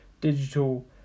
Digital